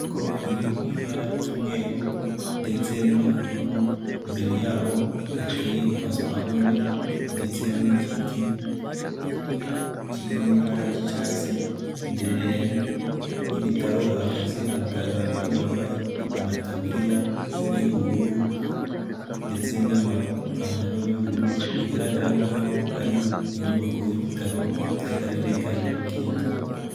Inyubako iri mu ibara ry'umweru ndetse n'ubururu, imbere yaho hateye pasiparume ndetse n'igiti kiri mu ibara ry'icyatsi, imbere y'ibitaro hahagaze abaganga babiri bambaye amataburiya y'ubururu ndetse n'amapantaro y'ubururu, bigaragara nkaho ari inyubako y'ibitaro by'akarere ka Nyarugenge.